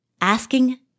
Asking